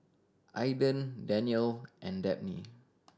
Ayden Danniel and Dabney